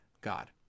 God